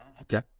okay